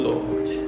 Lord